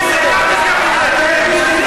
כל מי שמתעסק לא יהיה פה.